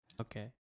Okay